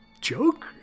joke